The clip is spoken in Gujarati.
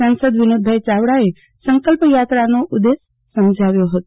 સાંસદ વિનોદભાઈ ચાવડાએ સંકલ્પ યાત્રાનો ઉદેશ સમજાવ્યો હતો